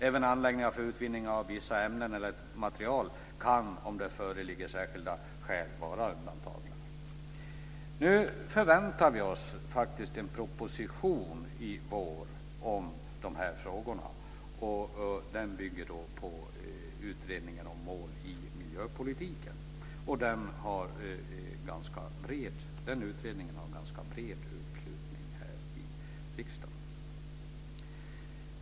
Även anläggningar för utvinning av vissa ämnen eller material kan, om det föreligger särskilda skäl, vara undantagna. I vår förväntar vi oss en proposition om de här frågorna. Den bygger på utredningen om mål i miljöpolitiken. Den utredningen har ganska bred uppslutning här i riksdagen.